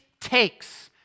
takes